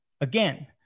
again